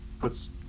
puts